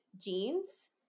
jeans